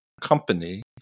company